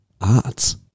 Arts